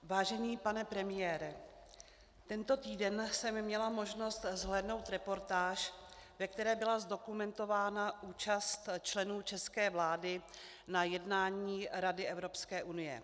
Vážený pane premiére, tento týden jsem měla možnost zhlédnout reportáž, ve které byla zdokumentována účast členů české vlády na jednání Rady Evropské unie.